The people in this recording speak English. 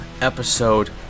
episode